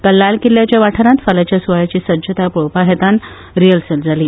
काल लाल किल्याच्या वाठारान फाल्याच्या सुवाळ्याची सज्जता पळोवपा हेतान रिहर्सल जाली